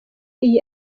iyi